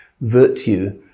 virtue